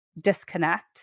disconnect